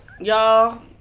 Y'all